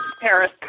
Paris